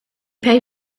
paid